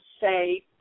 say